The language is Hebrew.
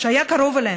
שהיה קרוב אליהם,